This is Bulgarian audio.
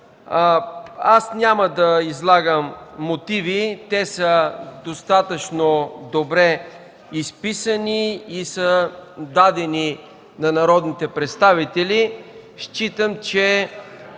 Няма да излагам мотиви, те са достатъчно добре изписани и са дадени на народните представители. Считам, че